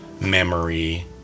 memory